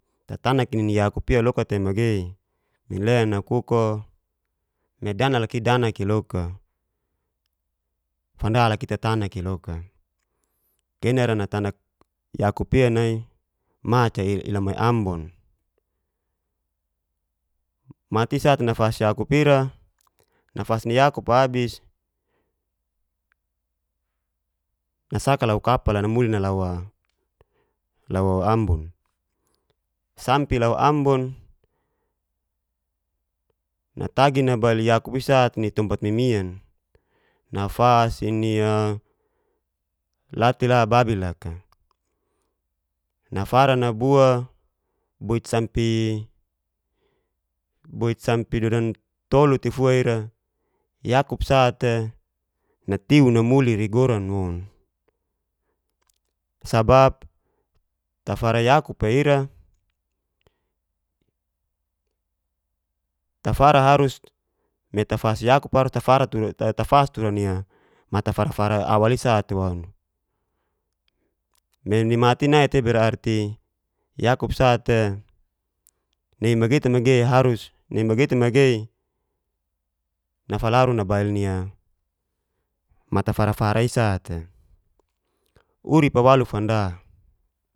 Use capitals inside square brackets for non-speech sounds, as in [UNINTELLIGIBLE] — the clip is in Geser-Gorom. Tatanak'i nini yakup'ia te magei, minlen nakuk'o me dana'i danak iloka, fanda tatanaki loka'ia tatnaik'i loka kenara natakan yakup'i nai ma'ca i'lamai ambon. Mata'i sa'te nafas yakup ira, nafas ni yakup'a abis nasaka lau kapal'a namuli nalua ambon, samp lu ambon natagi nabail yakup'i ste ni tompat mimian, nafas'i ni [HESITATION] la te la ababi laka nfra nabu boit sampe dodan tulu tefua ira yakup sate natiu namuli rei goran woun. Sabap tafara takup'a ira. [UNINTELLIGIBLE] tafas tura mata fara-fara'i awal'i sa'te walu, me nimata'i nai tei, yakup sa'te nei magei te magei harus [HESITATION] nafalaru nabail ni'a mat fara-fara isa'te. Urup'a walu fanda.